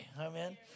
Amen